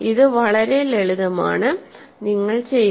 ഇത് വളരെ ലളിതമാണ് നിങ്ങൾ ചെയ്യുക